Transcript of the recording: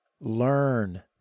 learn